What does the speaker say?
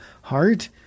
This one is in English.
heart